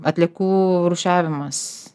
atliekų rūšiavimas